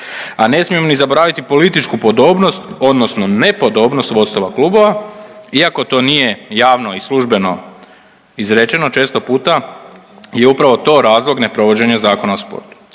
A ne smijemo ni zaboraviti političku podobnost odnosno nepodobnost vodstava klubova iako to nije javno i službeni izrečeno često puta je upravo to razlog neprovođenja Zakona o sportu.